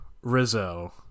Rizzo